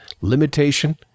Limitation